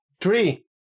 Three